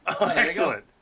Excellent